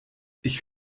ich